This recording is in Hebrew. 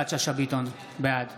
יפעת שאשא ביטון, בעד